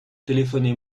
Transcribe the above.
téléphonez